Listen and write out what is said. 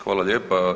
Hvala lijepa.